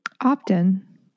Often